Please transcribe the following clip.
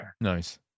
Nice